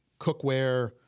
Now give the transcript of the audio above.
cookware